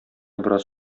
бераз